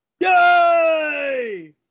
Yay